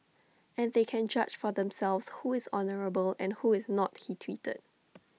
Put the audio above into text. and they can judge for themselves who is honourable and who is not he tweeted